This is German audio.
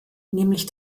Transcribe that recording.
nämlich